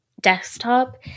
desktop